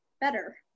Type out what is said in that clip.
better